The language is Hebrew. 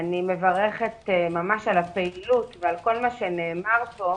אני מברכת על הפעילות ועל כל מה שנאמר פה.